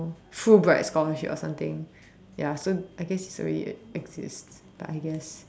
Fullbright scholarship or something ya so I guess it's already exist but I guess